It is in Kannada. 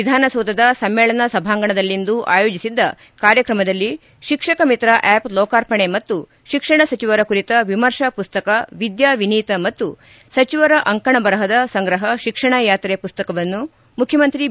ವಿಧಾನಸೌಧದ ಸಮ್ಮೇಳನ ಸಭಾಂಗಣದಲ್ಲಿಂದು ಆಯೋಜಿಸಿದ್ದ ಕಾರ್ಯಕ್ರಮದಲ್ಲಿ ಶಿಕ್ಷಕ ಮಿತ್ರ ಆಪ್ ಲೋಕಾರ್ಪಣೆ ಮತ್ತು ಶಿಕ್ಷಣ ಸಚವರ ಕುರಿತ ವಿಮರ್ಶಾ ಪುಸ್ತಕ ವಿದ್ಯಾವಿನೀತ ಮತ್ತು ಸಚಿವರ ಅಂಕಣ ಬರಹದ ಸಂಗ್ರಪ ಶಿಕ್ಷಣ ಯಾತ್ರೆ ಪುಸ್ತಕವನ್ನು ಮುಖ್ಯಮಂತ್ರಿ ಬಿ